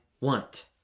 want